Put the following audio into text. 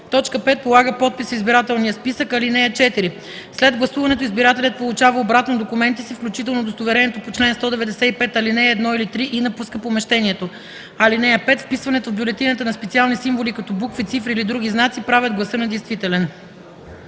урна; 5. полага подпис в избирателния списък. (4) След гласуването избирателят получава обратно документите си, включително удостоверението по чл. 195, ал. 1 или 3 и напуска помещението. (5) Вписването в бюлетината на специални символи като букви, цифри или други знаци правят гласа недействителен.”